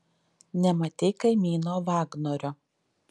nematei kaimyno vagnorio